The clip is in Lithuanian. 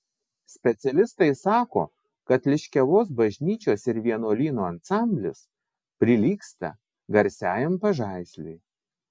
specialistai sako kad liškiavos bažnyčios ir vienuolyno ansamblis prilygsta garsiajam pažaisliui